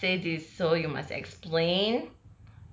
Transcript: so you must say this so you must explain